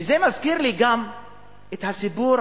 וזה מזכיר לי גם את הסיפור,